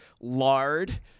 Lard